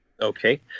Okay